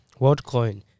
WorldCoin